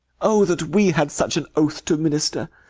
oh, that we had such an oath to minister,